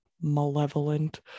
malevolent